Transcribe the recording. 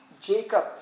Jacob